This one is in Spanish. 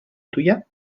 tuya